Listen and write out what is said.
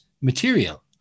material